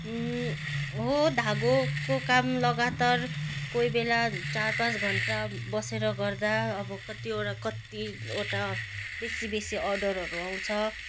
हो धागोको काम लगातार कोही बेला चार पाँच घन्टा बसेर गर्दा अब कतिवटा कतिवटा बेसी बेसी अर्डरहरू आउँछ